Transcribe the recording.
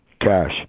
Cash